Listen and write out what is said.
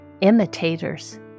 Imitators